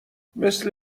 مثل